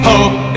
Hope